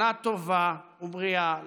שנה טובה ובריאה לכולנו,